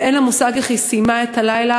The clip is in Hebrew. ואין לה מושג איך היא סיימה את הלילה,